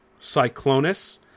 Cyclonus